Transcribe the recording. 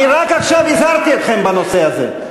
אני רק עכשיו הזהרתי אתכם בנושא הזה.